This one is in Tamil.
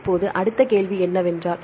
இப்போது அடுத்த கேள்வி என்னவென்றால்